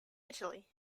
italy